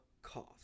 cost